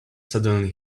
suddenly